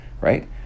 right